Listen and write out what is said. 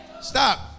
Stop